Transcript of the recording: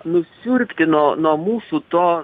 nusiurbti nuo mūsų to